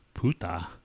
Puta